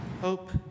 Hope